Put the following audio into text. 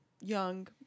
young